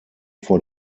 vor